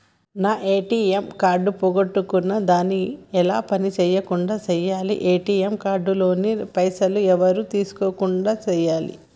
నా ATM card పోగొట్టుకున్నా దాన్ని ఎలా పని చేయకుండా చేయాలి ఏ.టి.ఎమ్ కార్డు లోని పైసలు ఎవరు తీసుకోకుండా చేయాలి?